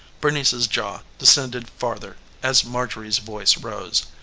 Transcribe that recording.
bernice's jaw descended farther as marjorie's voice rose.